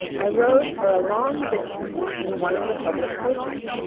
i rode for a long distance in one of the public coaches,